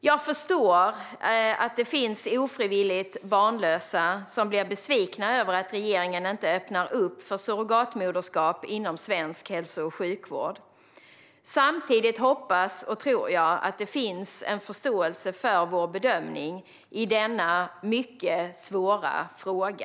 Jag förstår att det finns ofrivilligt barnlösa som blir besvikna över att regeringen inte öppnar upp för surrogatmoderskap inom svensk hälso och sjukvård. Samtidigt hoppas och tror jag att det finns en förståelse för vår bedömning i denna mycket svåra fråga.